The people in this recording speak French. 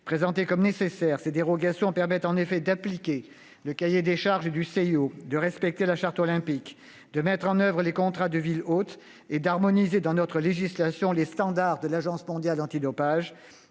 Présentées comme nécessaires, ces dérogations permettent en effet d'appliquer le cahier des charges du CIO, de respecter la Charte olympique, de mettre en oeuvre les contrats de ville hôte et d'harmoniser, dans notre législation, les standards de l'Agence mondiale antidopage-